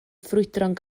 ffrwydron